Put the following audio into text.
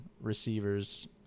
receivers